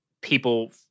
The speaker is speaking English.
people –